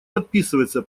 подписывается